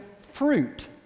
fruit